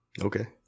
Okay